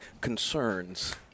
concerns